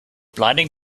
blinding